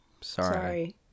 sorry